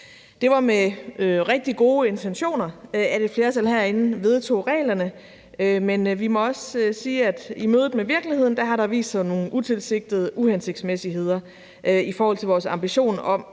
Det var rigtig med gode intentioner, at et flertal herinde vedtog reglerne, men vi må også sige, at i mødet med virkeligheden har der vist sig nogle utilsigtede uhensigtsmæssigheder i forhold til vores ambition om